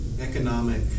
economic